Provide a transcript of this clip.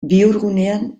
bihurgunean